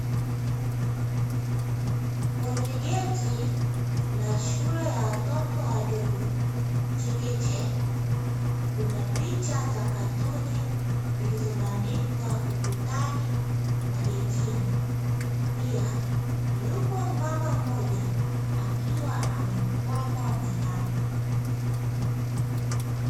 Kwenye geti la shule ya watoto wadogo(chekechea). Kuna picha za katuni zilizobandikwa ukutani na getini pia yupo mmama mmoja akiwa amemfata mwanaye.